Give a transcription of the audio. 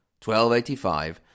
1285